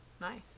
nice